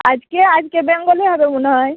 আজকে আজকে বেঙ্গলি হবে মনে হয়